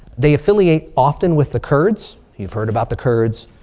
they affiliate often with the kurds. you've heard about the kurds.